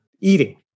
eating